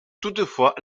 toutefois